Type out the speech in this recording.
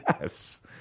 Yes